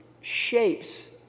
shapes